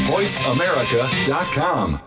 VoiceAmerica.com